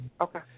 okay